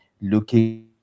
looking